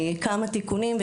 כמה תיקונים,